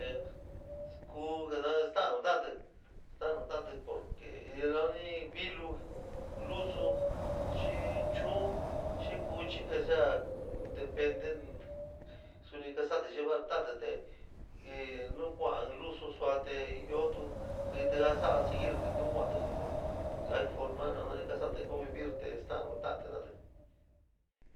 Tee skuu staro ta´atí, staro ta´atí porque in lado nani vilo, luso, xii chuuni xii kuchi que sea depende somi kasda te llevar talate te ño kuoa in lusu sua te ñoo tu kit ño so’a seguir kuuti kuati jiíti hay forma nau nani kasa´ati convivir te staro nta´atí jena´atí.